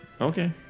okay